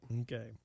Okay